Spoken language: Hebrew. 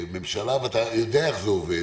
ממשלה ואתה יודע איך זה עובד